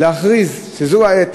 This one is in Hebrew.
להכריז שזו העת,